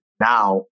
now